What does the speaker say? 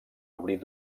obrir